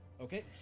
Okay